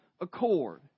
accord